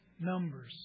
numbers